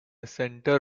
center